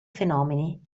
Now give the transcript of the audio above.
fenomeni